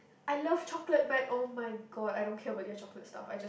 I love chocolate but [oh]-my-god I don't care about their chocolate stuff I just